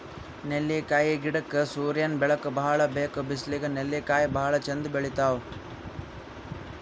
ನೆಲ್ಲಿಕಾಯಿ ಗಿಡಕ್ಕ್ ಸೂರ್ಯನ್ ಬೆಳಕ್ ಭಾಳ್ ಬೇಕ್ ಬಿಸ್ಲಿಗ್ ನೆಲ್ಲಿಕಾಯಿ ಭಾಳ್ ಚಂದ್ ಬೆಳಿತಾವ್